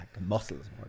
muscles